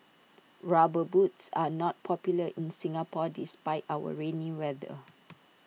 rubber boots are not popular in Singapore despite our rainy weather